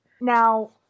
Now